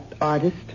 artist